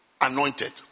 anointed